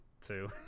two